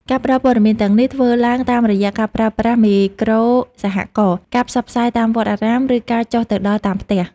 ការផ្ដល់ព័ត៌មានទាំងនេះ ធ្វើឡើងតាមរយៈការប្រើប្រាស់មេក្រូសហគមន៍ ការផ្សព្វផ្សាយតាមវត្តអារាម ឬការចុះទៅដល់តាមផ្ទះ។